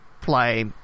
play